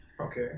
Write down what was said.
Okay